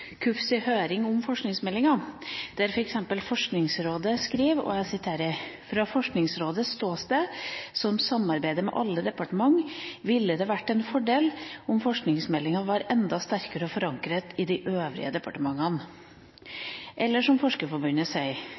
høring om forskningsmeldinga, der f.eks. Forskningsrådet skriver: «Fra Forskningsrådets ståsted, som samarbeider med alle departementene, ville det vært en fordel om forskningsmeldingen var enda sterkere forankret i de øvrige departementene.» Eller som Forskerforbundet sier: